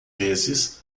vezes